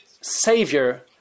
savior